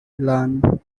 phelan